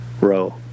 row